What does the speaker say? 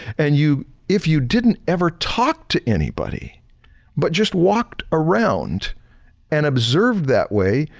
and you if you didn't ever talk to anybody but just walked around and observed that way,